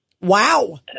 Wow